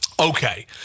Okay